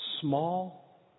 small